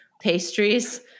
pastries